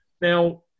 Now